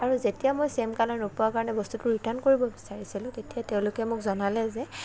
আৰু যেতিয়া মই চেম কালাৰটো নোপোৱাৰ কাৰণে বস্তুটো ৰিটাৰ্ণ কৰিব বিচাৰিছিলো তেতিয়া তেওঁলোকে মোক জনালে যে